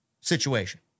situation